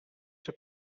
czy